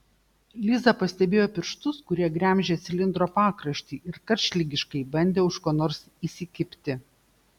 liza pastebėjo pirštus kurie gremžė cilindro pakraštį ir karštligiškai bandė už ko nors įsikibti